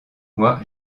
moi